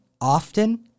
often